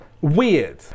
weird